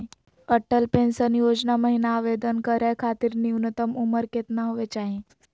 Atal Pension Yojana महिना आवेदन करै खातिर न्युनतम उम्र केतना होवे चाही?